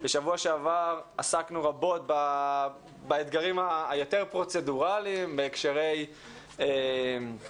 בשבוע שעבר עסקנו רבות באתגרים היותר פרוצדורליים בהקשר לקפסולות,